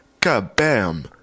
Kabam